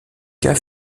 cas